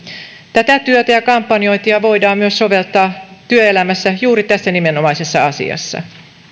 tätä työtä ja kampanjointia voidaan soveltaa myös työelämässä juuri tässä nimenomaisessa asiassa